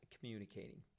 communicating